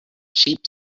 cheap